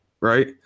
right